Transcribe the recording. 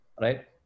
Right